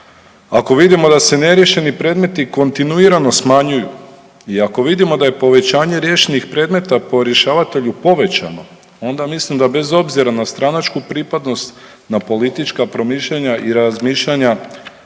ako vidimo da se neriješeni predmeti kontinuirano smanjuju i ako vidimo da je povećanje riješenih predmeta po rješavatelju povećano onda mislim da bez obzira na stranačku pripadnost, na politička promišljanja i razmišljanja